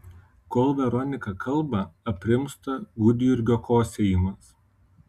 kol veronika kalba aprimsta gudjurgio kosėjimas